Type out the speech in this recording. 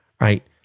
right